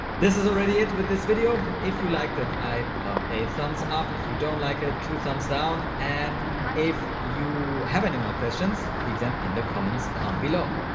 this is already it with this video. if you liked it, i love a thumbs up. if you don't like it, two thumbs down. and if you have any more questions, leave them in the comments down below.